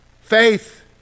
Faith